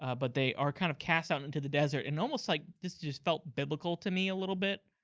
ah but they are kind of cast out into the desert, and almost like, this just felt biblical to me a little bit.